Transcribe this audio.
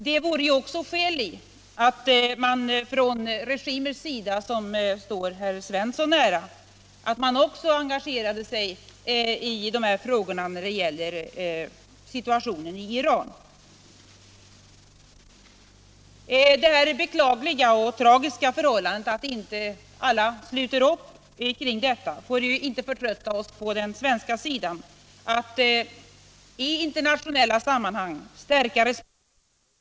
Det vore också skäl i att man från regimers sida som står herr Svensson nära engagerade sig i de här frågorna när det gäller situationen i Iran. Det beklagliga och tragiska förhållandet att inte alla sluter upp kring detta får inte förtrötta oss på den svenska sidan att i internationella sammanhang stärka respekten för de mänskliga rättigheterna.